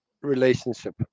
relationship